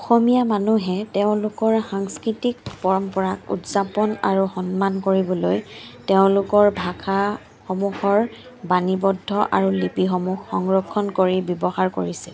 অসমীয়া মানুহে তেওঁলোকৰ সাংস্কৃতিক পৰম্পৰা উদযাপন আৰু সন্মান কৰিবলৈ তেওঁলোকৰ ভাষাসমূহৰ বাণীবদ্ধ আৰু লিপিসমূহৰ সংৰক্ষণ কৰি ব্যৱহাৰ কৰিছে